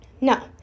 No